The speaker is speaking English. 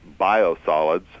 biosolids